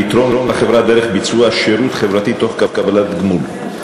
לתרום לחברה דרך ביצוע שירות חברתי תוך קבלת גמול.